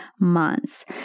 months